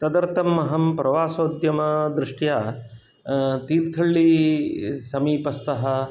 तदर्थम् अहं प्रवासोद्यमा दृष्ट्या तीर्थहल्लिः समीपस्थः